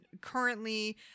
currently